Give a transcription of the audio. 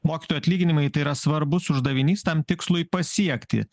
mokytojų atlyginimai tai yra svarbus uždavinys tam tikslui pasiekti